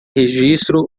registro